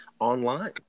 online